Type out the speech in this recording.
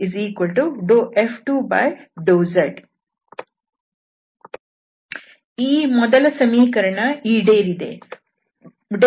ಈ ಮೊದಲ ಸಮೀಕರಣವು ಈಡೇರಿದೆ